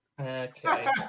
Okay